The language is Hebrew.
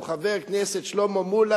הוא חבר כנסת שלמה מולה,